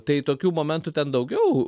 tai tokių momentų ten daugiau